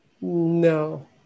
No